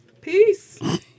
Peace